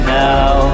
now